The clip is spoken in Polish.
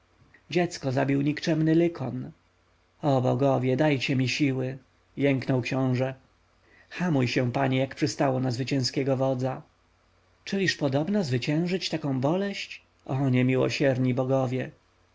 dziecko zabił nikczemny lykon o bogowie dajcie mi siły jęknął książę hamuj się panie jak przystało na zwycięskiego wodza czyliż podobna zwyciężyć taką boleść o niemiłosierni bogowie